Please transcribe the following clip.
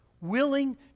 willing